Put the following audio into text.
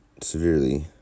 severely